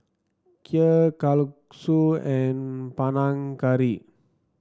Kheer Kalguksu and Panang Curry